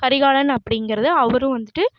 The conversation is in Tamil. கரிகாலன் அப்படிங்கிறது அவரும் வந்துட்டு